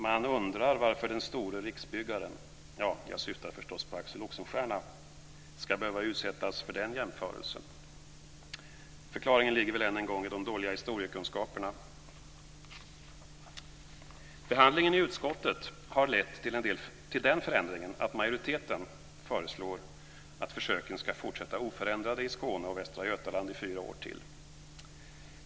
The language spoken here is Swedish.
Man undrar varför den store riksbyggaren - jag syftar förstås på Axel Oxenstierna - ska behöva utsättas för den jämförelsen. Förklaringen ligger väl än en gång i de dåliga historiekunskaperna. Behandlingen i utskottet har lett till den förändringen att majoriteten föreslår att försöken ska fortsätta oförändrade i Skåne och Västra Götaland i fyra år till.